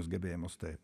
gebėjimus taip